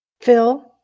Phil